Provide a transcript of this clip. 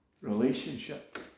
Relationship